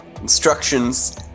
instructions